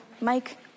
Mike